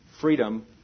Freedom